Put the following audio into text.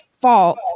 fault